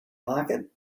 pocket